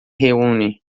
reúnem